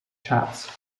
chats